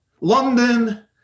London